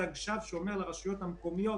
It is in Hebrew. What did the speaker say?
ולכן דרשנו,